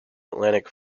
atlantic